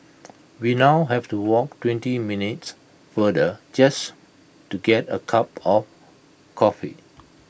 we now have to walk twenty minutes farther just to get A cup of coffee